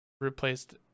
replaced